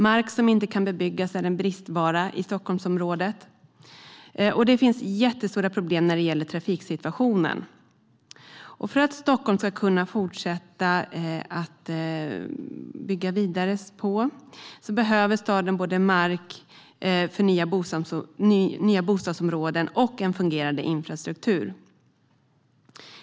Mark som kan bebyggas är en bristvara i Stockholmsområdet, och det finns stora problem vad gäller trafiksituationen. För att Stockholm ska kunna fortsätta att växa behöver staden mark för nya bostadsområden och en fungerande infrastruktur.